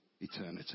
eternity